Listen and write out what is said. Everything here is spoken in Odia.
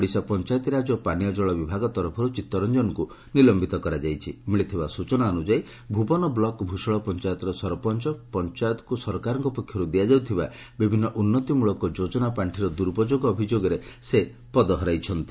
ଓଡିଶା ପଞାୟତିରାଙ୍କ ଓ ପାନୀୟ ଜଳ ବିଭାଗ ତରଫରୁ ଚିଉ ରଞ୍ଞନଙ୍କୁ ନିଲମ୍ଧିତ କରାଯାଇଛି ସୂଚନା ଅନୁଯାୟୀ ଭୁବନ ବ୍ଲକ ଭୁଷଳ ପଞାୟତର ସରପଞ ପଞାୟତକୁ ସରକାରଙ୍କ ପକ୍ଷରୁ ଦିଆଯାଉଥିବା ବିଭିନ୍ନ ଉନ୍ନତିମୁଳକ ଯୋଜନା ପାଷିର ଦୁରୁପୋଯୋଗ ଅଭିଯୋଗରେ ସେ ପଦ ହରାଇଛନ୍ତି